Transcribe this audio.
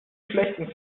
schlechten